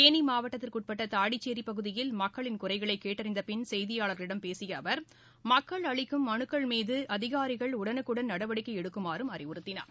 தேனி மாவட்டத்திற்கு உட்பட்ட தாடிச்சோி பகுதியில் மக்களின் குறைகளை கேட்டறிந்த பின்னா் செய்தியாளா்களிடம் பேசிய அவர் மக்களின் மனுக்கள் மீது அதிகாிகள் உடனுக்குடன் நடவடிக்கை எடுக்குமாறும் அறிவுறுத்தினார்